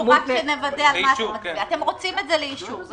רק לוודא: כלומר אתם רוצים שזה יחזור לוועדה לאישור?